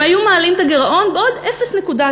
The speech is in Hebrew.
אם היו מעלים את הגירעון בעוד 0.1%,